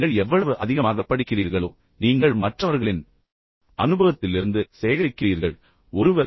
எனவே நீங்கள் எவ்வளவு அதிகமாகப் படிக்கிறீர்களோ நீங்கள் உண்மையில் மற்றவர்களின் அனுபவத்திலிருந்து சேகரிக்கிறீர்கள் மேலும் உங்களுக்குத் தெரியும்